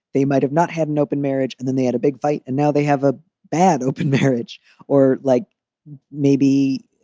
they might have not had an open marriage, and then they had a big fight and now they have a bad open marriage or like maybe,